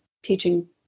teaching